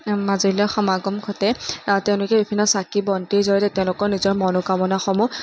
মাজুলীলৈ সমাগম ঘটে তেওঁলোকে বিভিন্ন চাকি বন্তি জৰিয়তে তেওঁলোকৰ নিজৰ মনোকামনাসমূহ